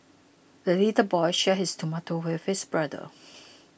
the little boy shared his tomato with his brother